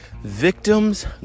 victims